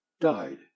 died